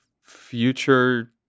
future